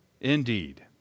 indeed